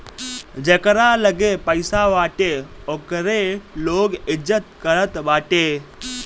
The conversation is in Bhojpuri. जेकरा लगे पईसा बाटे ओकरे लोग इज्जत करत बाटे